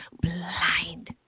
blind